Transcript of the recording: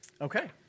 Okay